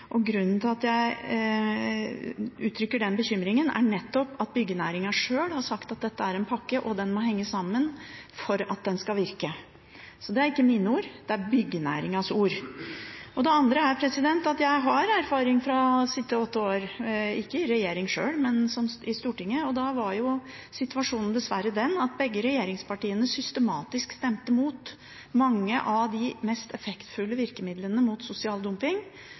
Grunnen til at jeg uttrykker den bekymringen, er nettopp at byggenæringa sjøl har sagt at dette er en pakke, og den må henge sammen for at den skal virke. Så det er ikke mine ord, det er byggenæringas ord. Det andre er at jeg har erfaring fra å sitte åtte år, ikke i regjering sjøl, men i Stortinget, og da var situasjonen dessverre den at begge regjeringspartiene systematisk stemte mot mange av de mest effektfulle virkemidlene mot sosial dumping.